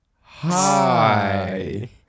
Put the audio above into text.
Hi